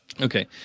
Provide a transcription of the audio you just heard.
Okay